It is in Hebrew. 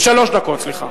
סליחה,